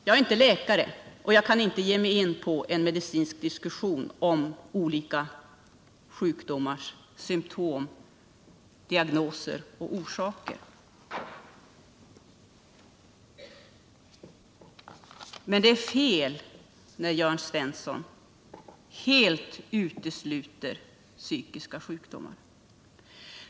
Jag är inte läkare och kan inte gå in i en medicinsk diskussion om olika sjukdomars symtom, diagnoser och orsaker. Men det är fel när Jörn Svensson helt utesluter psykiska sjukdomar.